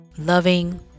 loving